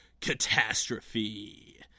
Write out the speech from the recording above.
catastrophe